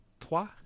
trois